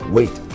Wait